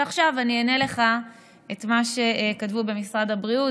ועכשיו אני אענה לך את מה שכתבו במשרד הבריאות,